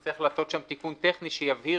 אז צריך לעשות שם תיקון טכני שיבהיר